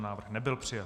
Návrh nebyl přijat.